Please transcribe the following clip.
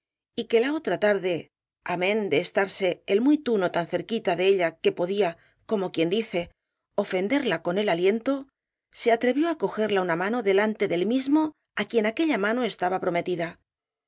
y que la otra tarde amén de estarse el muy tuno tan cerquita de ella que podía como quien dice ofenderla con el aliento se atrevió á cogerla una mano delante del mismo á quien aquella mano estaba prometida